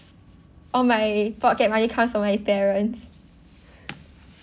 all my pocket money comes from my parents